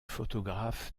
photographe